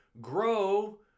grow